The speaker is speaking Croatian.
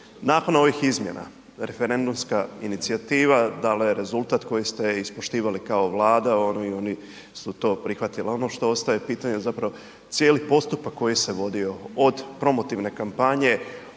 nakon ovih izmjena, referendumska inicijativa dala je rezultat koji ste ispoštivali kao Vlada i oni su to prihvatili. Ono što ostaje pitanje zapravo cijeli postupak koji se vodio od promotivne kampanje,